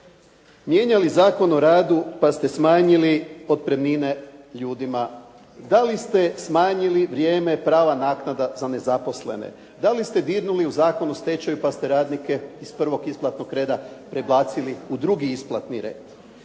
mijenjali Zakon o radu pa ste smanjili otpremnine ljudima? Da li ste smanjili vrijeme prava naknada za nezaposlene? Da li ste dirnuli Zakon o stečaju pa ste radnike iz prvog isplatnog reda prebacili u drugi isplatni red?